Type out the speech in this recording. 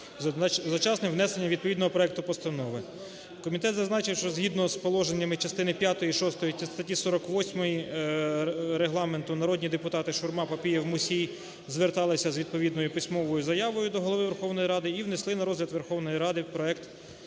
одночасним внесенням відповідного проекту постанови. Комітет зазначив, що згідно з положеннями частини п'ятої і шостої статті 48 Регламенту народні депутати Шурма, Папієв, Мусій звертались з відповідною письмовою до Голови Верховної Ради і внесли на розгляд Верховної Ради проект